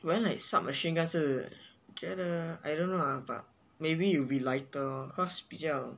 but then like sub machine gun 是我觉得 I don't know lah but maybe it'll will be lighter cause 比较